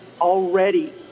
already